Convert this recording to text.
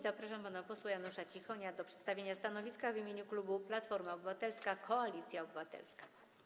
Zapraszam pana posła Janusza Cichonia do przedstawienia stanowiska w imieniu klubu Platforma Obywatelska - Koalicja Obywatelska.